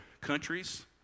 countries